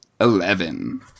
Eleven